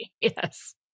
yes